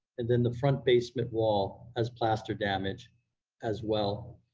and then the front basement wall as plaster damage as well.